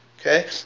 Okay